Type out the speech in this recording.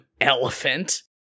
elephant